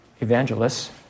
evangelists